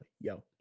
yo